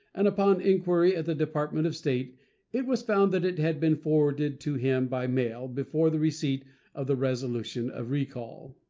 and upon inquiry at the department of state it was found that it had been forwarded to him by mail before the receipt of the resolution of recall.